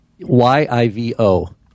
YIVO